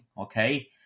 Okay